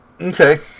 Okay